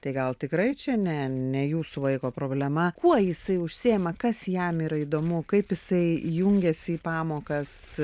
tai gal tikrai čia ne ne jūsų vaiko problema kuo jisai užsiima kas jam yra įdomu kaip jisai jungiasi į pamokas